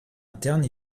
interne